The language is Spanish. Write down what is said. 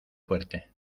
fuerte